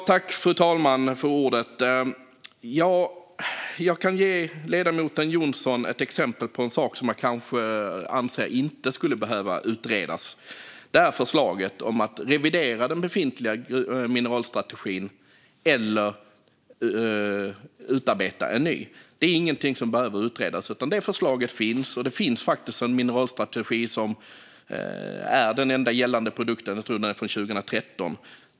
Fru talman! Jag kan ge ledamoten Jonsson ett exempel på en sak som kanske inte behöver utredas, nämligen förslaget om att antingen revidera den befintliga mineralstrategin eller att utarbeta en ny. Det är inget som behöver utredas. Det finns redan en mineralstrategi som är den enda gällande. Jag tror att den är från 2013.